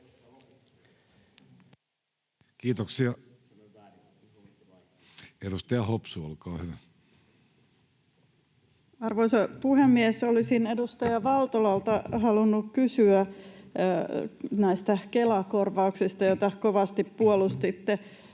muuttamisesta Time: 18:01 Content: Arvoisa puhemies! Olisin edustaja Valtolalta halunnut kysyä näistä Kela-korvauksista, joita kovasti puolustitte.